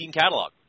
catalog